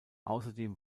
außerdem